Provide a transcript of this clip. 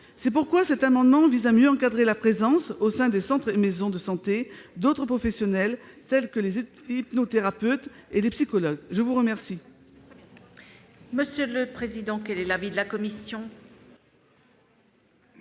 lesquelles cet amendement vise à mieux encadrer la présence, au sein des centres et maisons de santé, d'autres professionnels, tels que les hypnothérapeutes et les psychologues. Quel